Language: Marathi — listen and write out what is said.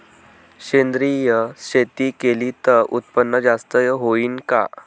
सेंद्रिय शेती केली त उत्पन्न जास्त होईन का?